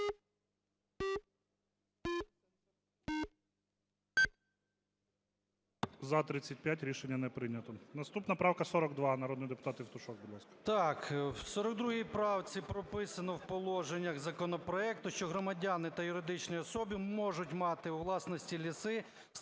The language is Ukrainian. За-35 Рішення не прийнято. Наступна правка 42. Народний депутат Євтушок, будь ласка. 14:24:40 ЄВТУШОК С.М. В 42 правці прописано в положеннях законопроекту, що громадяни та юридичні особи можуть мати у власності ліси, створені